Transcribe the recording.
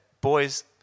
Boys